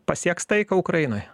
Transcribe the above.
pasieks taiką ukrainoj